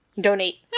donate